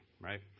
right